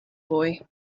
boy